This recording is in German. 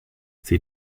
sie